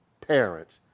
parents